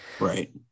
right